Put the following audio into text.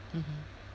mmhmm